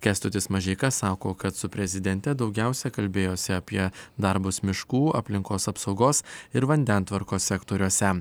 kęstutis mažeika sako kad su prezidente daugiausia kalbėjosi apie darbus miškų aplinkos apsaugos ir vandentvarkos sektoriuose